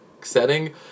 setting